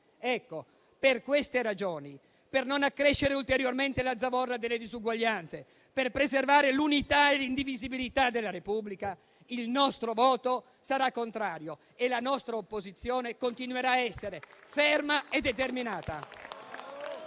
Per queste ragioni, per non accrescere ulteriormente la zavorra delle disuguaglianze, per preservare l'unità e l'indivisibilità della Repubblica, il nostro voto sarà contrario e la nostra opposizione continuerà ad essere ferma e determinata.